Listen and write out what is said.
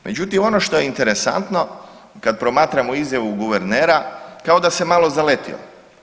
Međutim, ono što je interesantno kad promatramo izjavu guvernera kao da se malo zaletio.